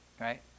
right